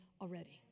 already